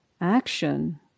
action